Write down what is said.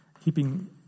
keeping